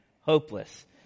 hopeless